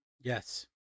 Yes